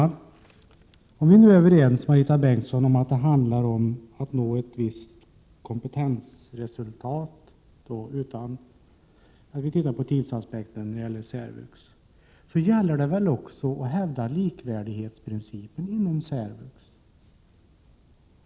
Herr talman! Om vi nu, Marita Bengtsson, är överens om att nå ett visst kompetensmål, utan att beakta tidsaspekten, inom särvux, så gäller det väl att hävda likvärdighetsprincipen inom särvux?